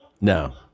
No